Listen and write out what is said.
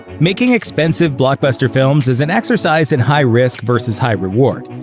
making expensive, blockbuster films is an exercise in high risk versus high reward.